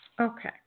Okay